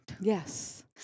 Yes